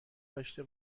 داشته